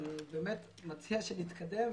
אני באמת מציע שנתקדם.